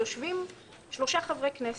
יושבים שלושה חברי כנסת.